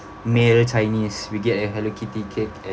male chinese we get a hello kitty cake